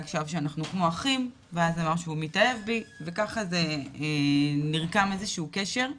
שווא שאנחנו אחים ואז הוא אמר שהוא מתאהב בי וככה נרקם איזה שהוא קשר.